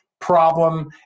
problem